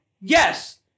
Yes